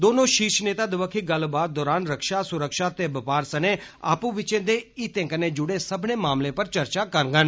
दमै शीर्ष नेता दबक्खी गल्लबात दौरान रक्षा सुरक्षा ते बपार सने आपू बिचै दे हितें कन्नै जुड़े दे सब्बनें मामलें पर चर्चा करगंन